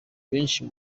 benshi